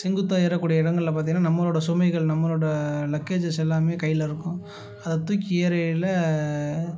செங்குத்தாக ஏறக்கூடிய இடங்களில் பார்த்திங்கன்னா நம்மளோடய சுமைகள் நம்மளோடய லக்கேஜஸ் எல்லாமே கையில் இருக்கும் அதை தூக்கி ஏறயில